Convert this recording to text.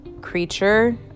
creature